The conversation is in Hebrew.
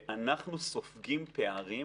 ואנחנו סופגים פערים